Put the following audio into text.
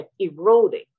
eroding